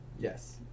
Yes